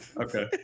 Okay